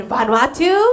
Vanuatu